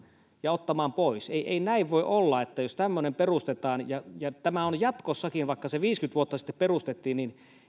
ja ottamaan pois ei ei näin voi olla että jos tämmöinen perustetaan jatkossakin vaikka se viisikymmentä vuotta sitten perustettiin